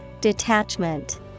Detachment